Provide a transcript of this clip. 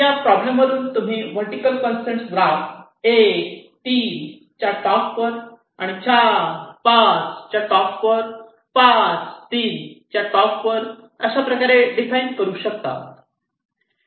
या प्रॉब्लेम वरून तुम्ही वर्टीकल कंसट्रेन ग्राफ 1 3 च्या टॉप वर 4 5 च्या टॉप वर 5 3 च्या टॉप वर अशाप्रकारे डिफाइन करू शकतात